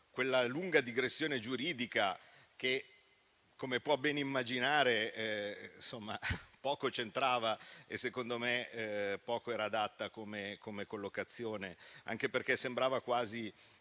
la lunga digressione giuridica che, come può ben immaginare, poco c'entrava e, secondo me, poco era adatta come collocazione, anche perché sembrava una